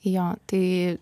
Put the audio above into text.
jo tai